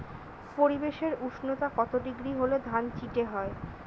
পরিবেশের উষ্ণতা কত ডিগ্রি হলে ধান চিটে হয়?